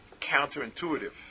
counterintuitive